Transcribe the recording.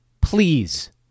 please